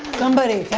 somebody.